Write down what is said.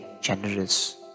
generous